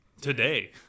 today